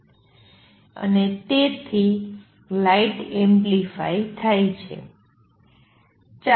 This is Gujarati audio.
અને તેથી લાઇટ એમ્પ્લિફાઇ થાય છે